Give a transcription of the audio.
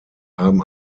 haben